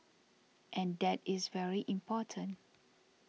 and that is very important